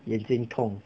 眼睛痛